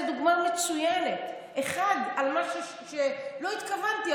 זו דוגמה מצוינת אחת למשהו שלא התכוונתי,